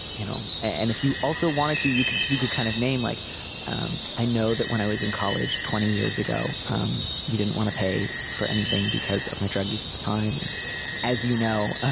you know. and if you also wanted to you you could you could kind of name like um i know that when i was in college twenty years ago um you didn't want to pay for anything because of my drug use at the time and as you know